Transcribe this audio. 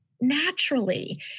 naturally